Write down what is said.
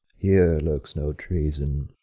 here lurks no treason,